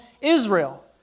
Israel